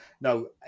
No